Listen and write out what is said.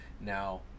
Now